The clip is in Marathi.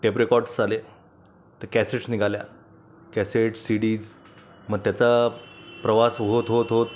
टेपरेकॉर्डस आले त्या कॅसेट्स निघाल्या कॅसेट सी डीज मग त्याचा प्रवास होत होत होत